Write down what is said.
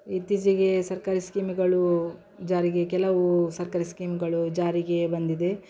ಇತ್ತೀಚೆಗೆ ಸರ್ಕಾರಿ ಸ್ಕೀಮ್ಗಳು ಜಾರಿಗೆ ಕೆಲವು ಸರ್ಕಾರಿ ಸ್ಕೀಮ್ಗಳು ಜಾರಿಗೆ ಬಂದಿದೆ